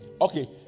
Okay